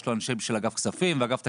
יש לו אנשים של אגף כספים ואגף תקציבים,